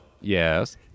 Yes